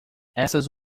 essas